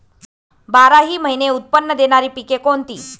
बाराही महिने उत्त्पन्न देणारी पिके कोणती?